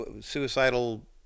suicidal